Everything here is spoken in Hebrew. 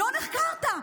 לא נחקרת.